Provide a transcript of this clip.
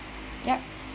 ya